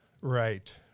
Right